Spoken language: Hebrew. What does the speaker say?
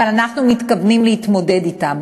אבל אנחנו מתכוונים להתמודד אתם.